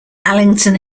allington